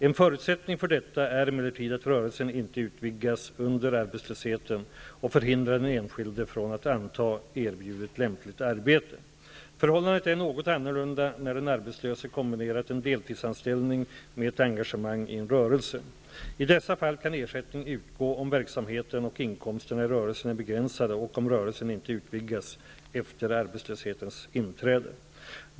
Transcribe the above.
En förutsättning för detta är emellertid att rörelsen inte utvidgas under arbetslösheten och förhindrar den enskilde från att anta erbjudet lämpligt arbete. Förhållandet är något annorlunda när den arbetslöse kombinerat en deltidsanställning med ett engagemang i en rörelse. I dessa fall kan ersättning utgå om verksamheten och inkomsterna i rörelsen är begränsade och om rörelsen inte utvidgas efter arbetslöshetens inträde.